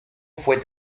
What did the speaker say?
fue